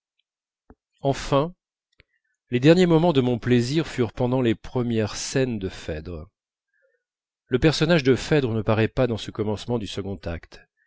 enfin les derniers moments de mon plaisir furent pendant les premières scènes de phèdre le personnage de phèdre ne paraît pas dans ce commencement du second acte